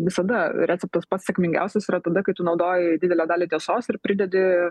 visada receptas pats sėkmingiausias yra tada kai tu naudoji didelę dalį tiesos ir pridedi